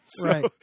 Right